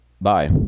bye